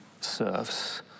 serves